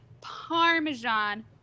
Parmesan